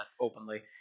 openly